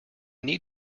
need